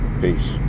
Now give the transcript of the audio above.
Peace